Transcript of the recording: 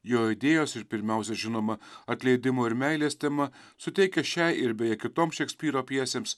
jo idėjos ir pirmiausia žinoma atleidimo ir meilės tema suteikė šiai ir beje kitoms šekspyro pjesėms